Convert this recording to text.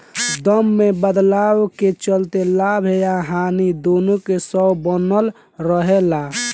दाम में बदलाव के चलते लाभ आ हानि दुनो के शक बनल रहे ला